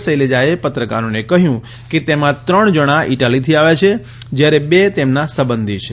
શૈલજાએ પત્રકારોને કહયું કે તેમાં ત્રણ જણા ઇશાલીથી આવ્યા છે જથારે બે તેમના સંબંધી છે